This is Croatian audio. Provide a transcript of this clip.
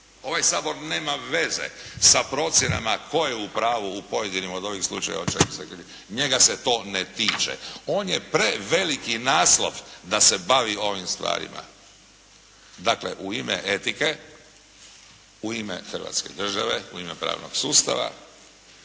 Ovaj Sabor nema veze sa procjenama tko je upravu u pojedinim od ovih slučajeva, njega se to ne tiče. On je preveliki naslov da se bavi ovim stvarima. Dakle, u ime etike, u ime Hrvatske Države, u ime pravnog sustava,